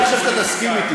אבל אני חושב שתסכים אתי,